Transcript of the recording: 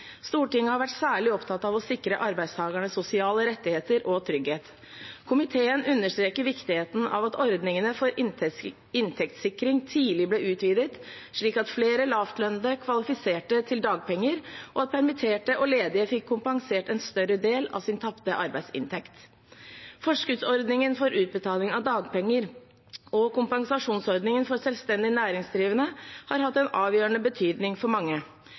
Stortinget har vært særlig opptatt av å sikre arbeidstakernes sosiale rettigheter og trygghet. Komiteen understreker viktigheten av at ordningene for inntektssikring ble utvidet tidlig, slik at flere lavtlønnede kvalifiserte til dagpenger, og at permitterte og ledige fikk kompensert en større del av sin tapte arbeidsinntekt. Forskuddsordningen for utbetaling av dagpenger og kompensasjonsordningen for selvstendig næringsdrivende har hatt en avgjørende betydning for mange.